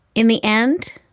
in the end,